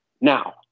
Now